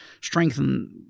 strengthen